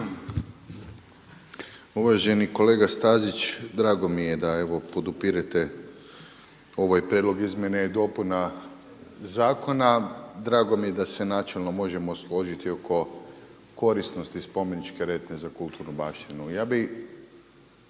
Uvaženi kolega Stazić, drago mi je da evo podupirete ovaj prijedlog izmjena i dopuna zakona. Drago mi je da se načelno možemo složiti oko korisnosti spomeničke rente za kulturnu baštinu.